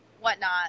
whatnot